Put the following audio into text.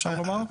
אפשר לומר.